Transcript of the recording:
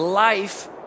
Life